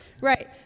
Right